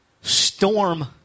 storm